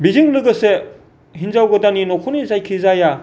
बेजों लोगोसे हिनजाव गोदाननि न'खरनि जायखिजाया